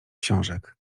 książek